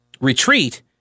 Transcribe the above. retreat